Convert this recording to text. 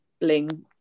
Bling